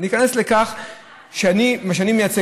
ניכנס למה שאני מייצג,